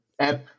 app